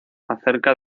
acerca